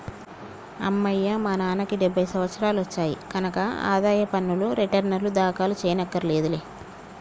అమ్మయ్యా మా నాన్నకి డెబ్భై సంవత్సరాలు వచ్చాయి కనక ఆదాయ పన్ను రేటర్నులు దాఖలు చెయ్యక్కర్లేదులే